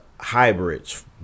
hybrids